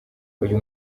uyu